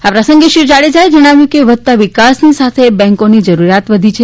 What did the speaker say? આ પ્રસંગે શ્રી જાડેજાએ જણાવ્યું કે વધતા વિકાસની સાથે બેન્કોની જરૂરિયાત વધી છે